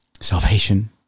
Salvation